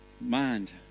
mind